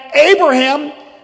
Abraham